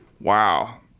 Wow